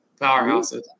powerhouses